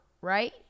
right